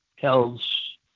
tells